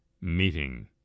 meeting